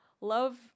Love